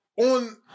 on